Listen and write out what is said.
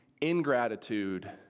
ingratitude